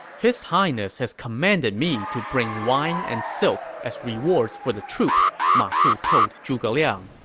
his highness has commanded me to bring wine and silk as rewards for the troops, ma su told zhuge liang.